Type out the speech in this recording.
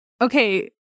Okay